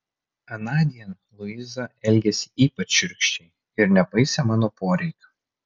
anądien luiza elgėsi ypač šiurkščiai ir nepaisė mano poreikių